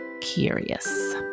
curious